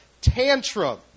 tantrum